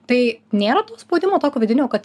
tai nėra to spaudimo tokio vidinio kad